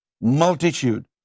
multitude